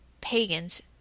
pagans